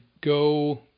go